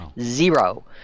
zero